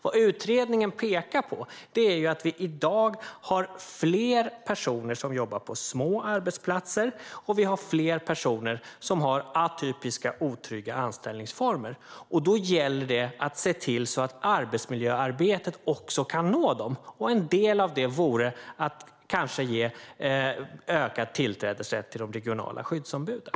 Vad utredningen pekar på är att vi i dag har fler personer som jobbar på små arbetsplatser och fler personer som har atypiska, otrygga anställningsformer. Då gäller det att se till att arbetsmiljöarbetet också kan nå dem. En del i det vore att ge ökad tillträdesrätt till de regionala skyddsombuden.